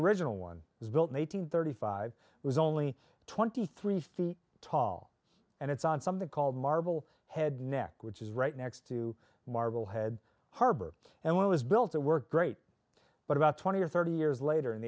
original one was built one hundred thirty five was only twenty three feet tall and it's on something called marble head neck which is right next to marble head harbor and what was built to work great but about twenty or thirty years later and